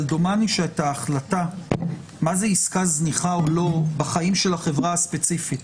אבל דומני שההחלטה מה זה עסקה זניחה או לא בחיים של החברה הספציפית,